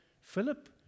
Philip